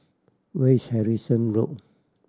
where is Harrison Road